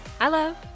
Hello